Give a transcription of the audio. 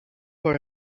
for